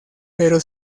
pero